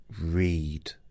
read